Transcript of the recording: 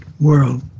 world